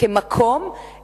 כמקום,